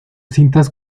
cintas